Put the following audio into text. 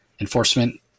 enforcement